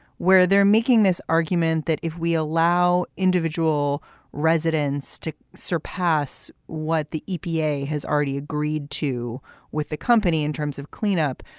where they're making this argument that if we allow individual residents to surpass what the epa has already agreed to with the company in terms of cleanup,